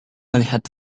melihat